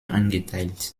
eingeteilt